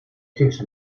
xics